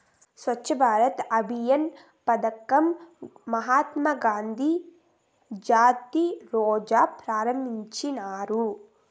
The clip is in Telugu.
స్వచ్ఛ భారత్ అభియాన్ పదకం మహాత్మా గాంధీ జయంతి రోజా ప్రారంభించినారు